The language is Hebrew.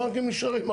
הבנקים נשארים,